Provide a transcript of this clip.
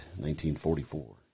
1944